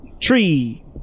Tree